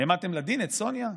העמדתם לדין את סוניה?